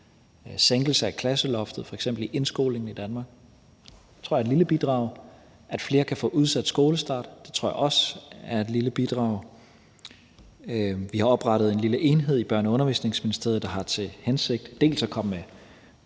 sænkelse af klasseloftet i indskolingen i Danmark. Det tror jeg er et lille bidrag. At flere kan få udsat skolestart, tror jeg også er et lille bidrag. Vi har oprettet en lille enhed i Børne- og Undervisningsministeriet, der har til hensigt både at komme med